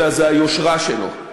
אלא היושרה שלו.